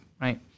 right